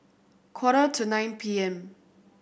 quarter to nine P M